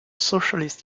socialist